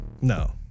No